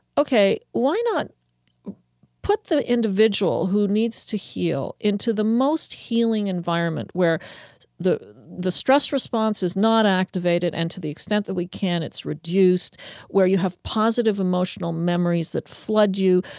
ok, why not put the individual who needs to heal into the most healing environment where the the stress response is not activated and, to the extent that we can, it's reduced where you have positive emotional memories that flood you.